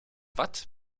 watt